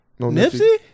Nipsey